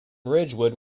ridgewood